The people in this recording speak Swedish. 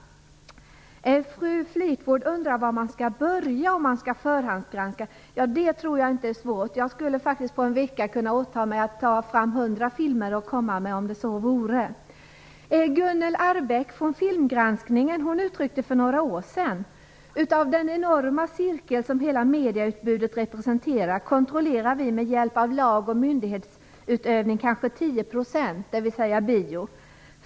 Elisabeth Fleetwood undrade var man skall börja med en förhandsgranskning. Jag tror inte att det är svårt. Jag skulle faktiskt kunna åta mig att på en vecka ta fram 100 filmer att börja med. Gunnel Arrbäck från filmgranskningen uttalade för några år sedan följande: "Av den enorma cirkel som hela mediautbudet representerar kontrollerar vi med hjälp av lag och myndighetsutövning kanske tio procent, dvs bio.